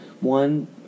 one